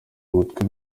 mutwe